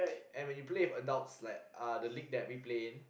and when you play with adults like uh the league that we play in